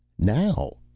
now.